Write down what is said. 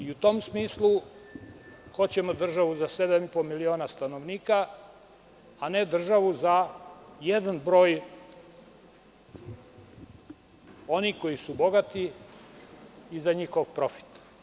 U tom smislu, hoćemo državu sa 7,5 miliona stanovnika, a ne državu za jedan broj onih koji su bogati i za njihov profit.